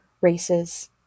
races